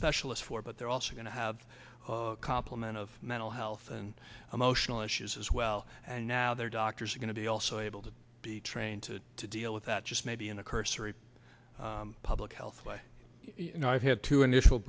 specialist for but they're also going to have a complement of mental health and emotional issues as well and now their doctors are going to be also able to be trained to deal with that just maybe in a cursory public health way you know i've had two initial